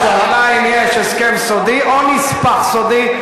השאלה אם יש הסכם סודי או נספח סודי,